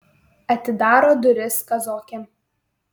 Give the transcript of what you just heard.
atidaro duris kazokė